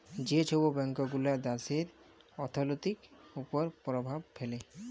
যে ছব ব্যাংকগুলা দ্যাশের অথ্থলিতির উপর পরভাব ফেলে